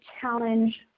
challenge